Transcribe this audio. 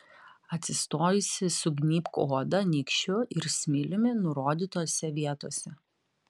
atsistojusi sugnybk odą nykščiu ir smiliumi nurodytose vietose